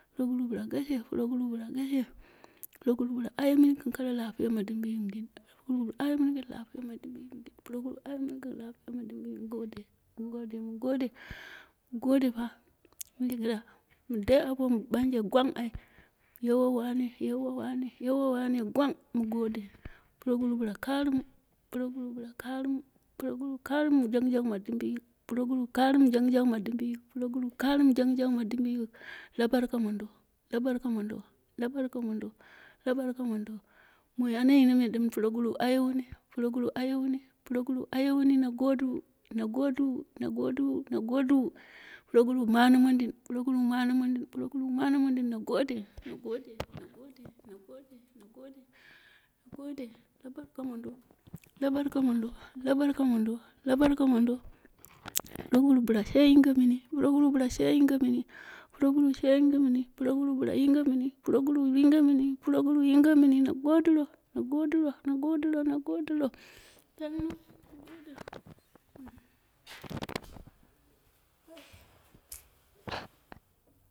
Puroguruwu bɨla gashe, puroguruwu bɨla gashe, puroguruwu bɨla ayemɨni gɨnm koro lapiya ma dimbiyimu dei, puroguruwu bɨla ayemɨni gɨn koro lapiya ma dimbiyimu dei mɨ gode, mɨ gode, mɨ gode, mɨ gode pa, yingu ɗa ɓanje mɨn dai apomu, ɓanje gwang ai yewwa wane, yeuwa wane, yeuwa wane gang mɨ gode, puroguruwu bɨla karɨmu puroguru bɨla karɨmu, puroguruwu bɨla karɨmu jangjang madimbiyik, puroguruwu karɨmu jang ma dimbiyik la barka mondo, la barka mondo, la barka mondo, moi ana yino me ɗɨm puroguruwu bɨla ayewuni, puroguruwu ayewuni, puroguruwu ayewuni, na godɨwu, na godɨwu na goɗɨwu, puroguruwu mane mondin, puroguruwu mane mondin puroguwu mane mondin, na gode, na gode, na gode, na gode, la barka mondo, la barka mondo, la barka mondo, la barka mondo, puroguruwu bɨla she yinge mɨni, puroguruwu yinge mɨni, puroguruwu yinge mɨni, puroguruwu bɨla she yinge mɨni, puroguruwu yinge mɨni, puroguruwu yinge mɨni, na godɨro, na godɨro, na godɨro, na godɨro shamna na gode,